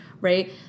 right